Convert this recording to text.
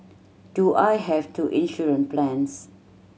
do I have two insurance plans